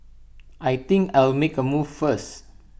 I think I'll make A move first